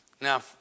Now